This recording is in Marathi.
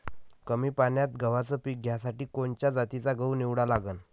कमी पान्यात गव्हाचं पीक घ्यासाठी कोनच्या जातीचा गहू निवडा लागन?